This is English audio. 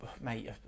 mate